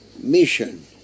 mission